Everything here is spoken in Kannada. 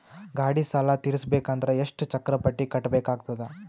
ಗಾಡಿ ಸಾಲ ತಿರಸಬೇಕಂದರ ಎಷ್ಟ ಚಕ್ರ ಬಡ್ಡಿ ಕಟ್ಟಬೇಕಾಗತದ?